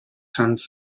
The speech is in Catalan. sants